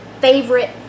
favorite